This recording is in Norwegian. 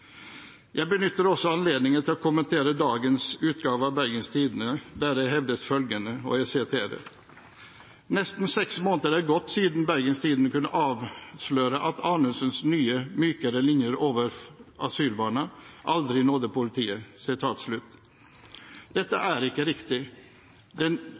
Jeg benytter også anledningen til å kommentere dagens utgave av Bergens Tidende, der det hevdes følgende: «Nesten seks måneder er gått siden BT kunne avsløre at Anundsens nye, mykere linjer over asylbarna aldri nådde politiet.» Dette er ikke riktig. Den